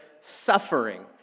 suffering